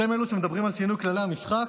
אתם אלו שמדברים על שינוי כללי המשחק?